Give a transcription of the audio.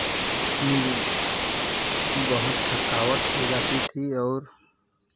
बहुत थकावट हो जाती थी और